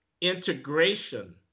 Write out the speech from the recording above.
Integration